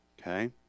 Okay